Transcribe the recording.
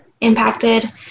impacted